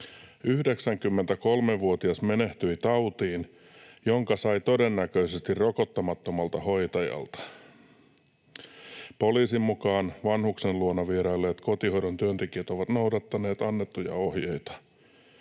93‑vuotias menehtyi tautiin, jonka sai todennäköisesti rokottamattomalta hoitajalta. Poliisin mukaan vanhuksen luona vierailleet kotihoidon työntekijät ovat noudattaneet annettuja ohjeita.